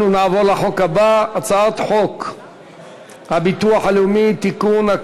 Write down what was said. אנחנו נעבור לחוק הבא: הצעת חוק הביטוח הלאומי (תיקון,